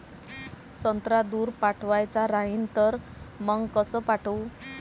संत्रा दूर पाठवायचा राहिन तर मंग कस पाठवू?